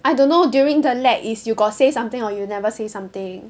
I don't know during the lag is you got say something or you never say something